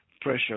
pressure